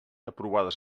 aprovades